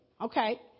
okay